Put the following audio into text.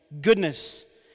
Goodness